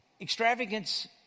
Extravagance